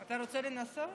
אתה רוצה לנסות?